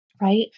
right